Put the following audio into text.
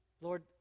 Lord